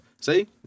See